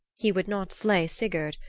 he would not slay sigurd,